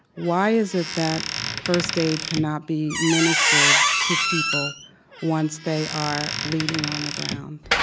why is it that first aid cannot be administered to people once they are bleeding on the ground?